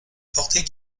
portait